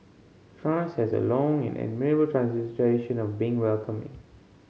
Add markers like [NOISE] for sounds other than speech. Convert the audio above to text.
France has a long and admirable [UNINTELLIGIBLE] of being welcoming